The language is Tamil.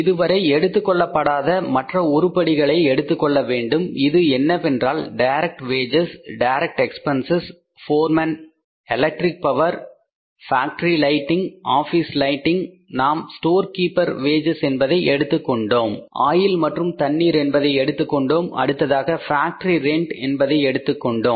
இதுவரை எடுத்துக் கொள்ளப்படாத மற்ற உறுப்படிகளை எடுத்துக்கொள்ளவேண்டும் அது என்னவென்றால் direct wages direct expenses foreman electric power factory lighting office lighting நாம் ஸ்டோர் கீப்பர் வேஜஸ் என்பதை எடுத்துக் கொண்டோம் ஆயில் மற்றும் தண்ணீர் என்பதை எடுத்துக்கொண்டோம் அடுத்ததாக ஃபேக்டரி ரெண்ட் என்பதை எடுத்துக் கொண்டோம்